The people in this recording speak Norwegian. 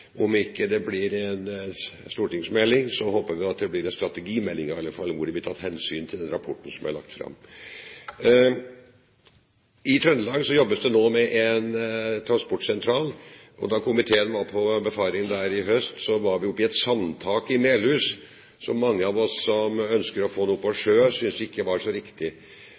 det ikke blir en stortingsmelding, håper vi at det blir en strategimelding i alle fall, hvor det blir tatt hensyn til den rapporten som er lagt fram. I Trøndelag jobbes det nå med en transportsentral, og da komiteen var på befaring der i høst, var vi oppe i et sandtak i Melhus, som mange av oss som ønsker å få noe på sjø, ikke synes var så riktig.